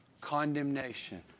condemnation